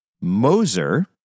Moser